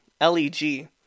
Leg